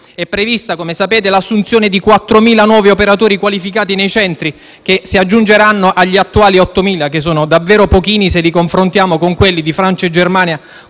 è prevista l'assunzione di 4.000 nuovi operatori qualificati, che si aggiungeranno agli attuali 8.000 (che sono davvero pochini, se li confrontiamo con quelli di Francia e Germania,